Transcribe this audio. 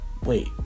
wait